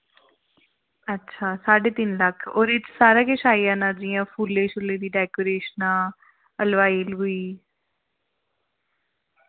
अच्छा साड्ढे तिन्न लक्ख ओह्दे ई सारा किश आई जाना जि'यां फुल्लै दी डेकोरेशनां लोआई